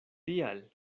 tial